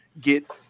get